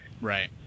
right